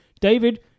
David